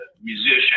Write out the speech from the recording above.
musician